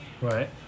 Right